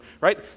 right